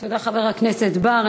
תודה, חבר הכנסת בר.